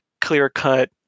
clear-cut